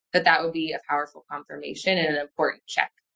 that that would be a powerful confirmation and an important check.